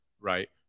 right